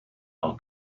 are